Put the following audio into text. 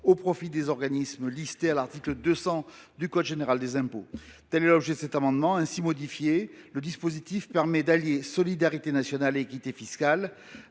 au profit des organismes listés à l’article 200 du code général des impôts. Tel est le sens de cet amendement. Le dispositif, ainsi modifié, permet d’allier solidarité nationale et équité fiscale.